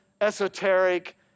esoteric